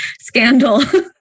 scandal